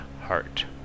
heart